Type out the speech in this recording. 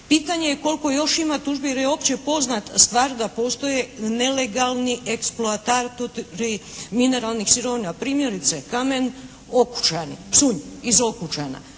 pitanje je koliko još ima tužbi i jer je uopće poznata stvar da postoje nelegalni eksploatatori mineralnih sirovina. Primjerice kamen Okučani, … /Govornica